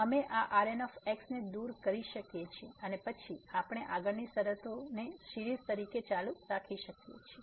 તેથી અમે આ Rn ને દૂર કરી શકીએ છીએ અને પછી આપણે આગળની શરતોને સીરીઝ તરીકે ચાલુ રાખી શકીએ છીએ